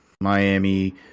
Miami